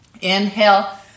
Inhale